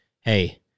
hey